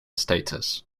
status